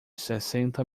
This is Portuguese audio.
sessenta